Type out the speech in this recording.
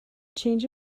change